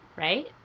Right